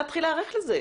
להתחיל להיערך לזה.